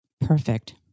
Perfect